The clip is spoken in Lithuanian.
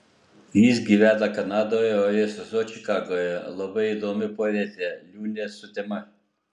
jis gyvena kanadoje o jo sesuo čikagoje labai įdomi poetė liūnė sutema